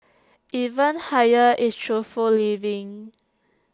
even higher is truthful living